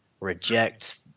reject